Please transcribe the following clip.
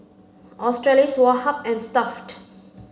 Australis Woh Hup and Stuff'd